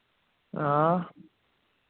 हां